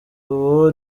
ubu